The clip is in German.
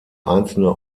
einzelne